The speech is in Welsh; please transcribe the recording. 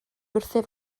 wrthyf